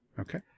Okay